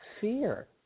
fear